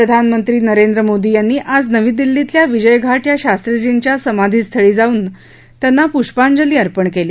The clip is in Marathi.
प्रधानमंत्री नरेंद्र मोदी यांनी आज नवी दिल्लीतल्या विजय घाट या शास्त्रीजींच्या समाधीस्थळी जाऊन त्यांना प्ष्पांजली अर्पण केली